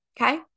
okay